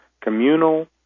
Communal